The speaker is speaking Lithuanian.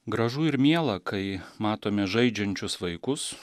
gražu ir miela kai matome žaidžiančius vaikus